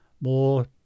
more